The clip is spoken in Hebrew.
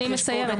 אני מסיימת.